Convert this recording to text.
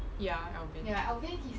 ya alvin